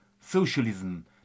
socialism